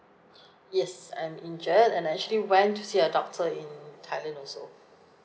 yes I'm injured and I actually went to see a doctor in thailand also